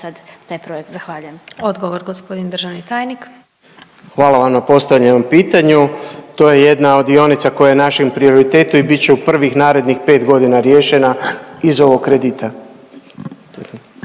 državni tajnik. **Gospočić, Alen** Hvala vam na postavljenom pitanju. To je jedna od dionica koja je u našem prioritetu i bit će u prvih narednih 5 godina riješena iz ovog kredita.